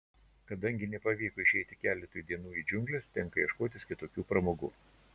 kadangi nepavyko išeiti keletui dienų į džiungles tenka ieškotis kitokių pramogų